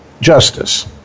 justice